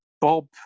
Bob